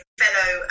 fellow